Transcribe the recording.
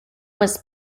was